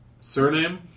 Surname